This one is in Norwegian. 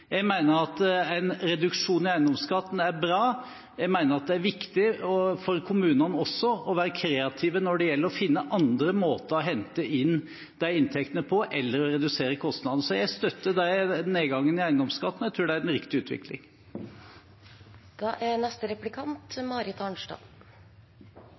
Jeg mener at en reduksjon i eiendomsskatten er bra, jeg mener det er viktig for kommunene også å være kreativ når det gjelder å finne andre måter å hente inn de inntektene på, eller å redusere kostnadene. Så jeg støtter nedgangen i eiendomsskatten, jeg tror det er en riktig